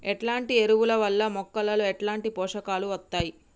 ఎట్లాంటి ఎరువుల వల్ల మొక్కలలో ఎట్లాంటి పోషకాలు వత్తయ్?